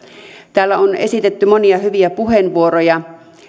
täällä on esitetty monia hyviä puheenvuoroja